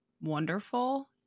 wonderful